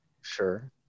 Sure